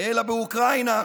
אלא באוקראינה.